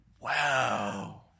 wow